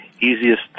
easiest